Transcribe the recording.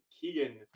Keegan